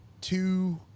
two